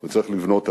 וצריך לבנות עליו.